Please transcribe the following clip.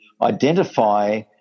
identify